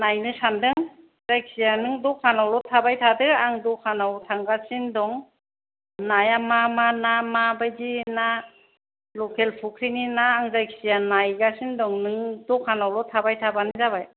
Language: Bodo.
नायनो सानदों जायखिजाया नों दखानावल' थाबाय थादो आं दखानाव थांगासिनो दं नाया मा मा ना माबायदि ना लकेल फुख्रिनि ना आं जायखिजाया नायगासिनो दं नों दखानावल' थाबाय थाबानो जाबाय